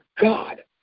God